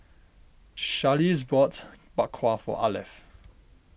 Charlize bought Bak Kwa for Arleth